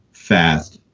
fast,